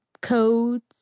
codes